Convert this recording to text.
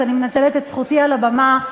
אני מנצלת את זכותי על הבמה.